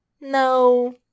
No